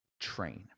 train